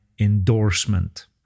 endorsement